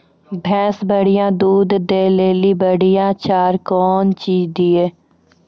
भैंस बढ़िया दूध दऽ ले ली बढ़िया चार कौन चीज दिए?